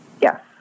Yes